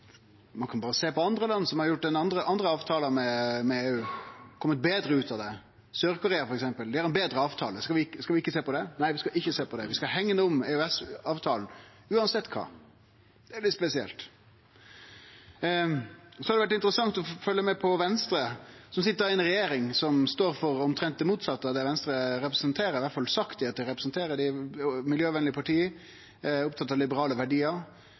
ein betre deal for Noreg. Ein kan sjå på land som har gjort andre avtalar med EU og komne betre ut av det. Sør-Korea f.eks. har ein betre avtale. Skal vi ikkje sjå på det? Nei, vi skal ikkje sjå på det. Vi skal hegne om EØS-avtalen, uansett kva. Det er spesielt. Det har vore interessant å følgje med på Venstre, som sit i ei regjering som står for omtrent det motsette av det Venstre representerer – i alle fall det dei har sagt at dei representerer: eit miljøvennleg parti, opptatt av liberale verdiar.